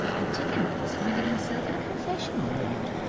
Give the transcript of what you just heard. antigone was finding herself in a confessional mood.